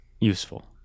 useful